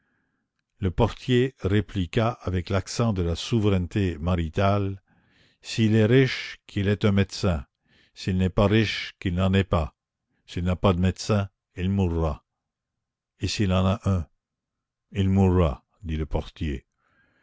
le portier répliqua avec l'accent de la souveraineté maritale s'il est riche qu'il ait un médecin s'il n'est pas riche qu'il n'en ait pas s'il n'a pas de médecin il mourra et s'il en a un il mourra dit le portier